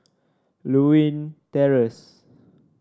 Lewin Terrace